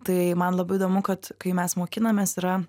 tai man labai įdomu kad kai mes mokinamės yra